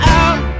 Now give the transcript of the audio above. out